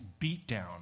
beatdown